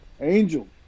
angel